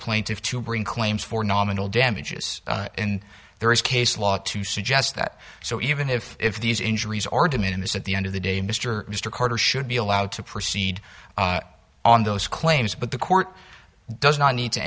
plaintiffs to bring claims for nominal damages and there is case law to suggest that so even if if these injuries are diminished at the end of the day mr mr carter should be allowed to proceed on those claims but the court does not need to